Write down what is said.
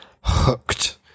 Hooked